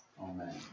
Amen